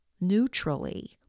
neutrally